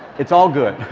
it's all good.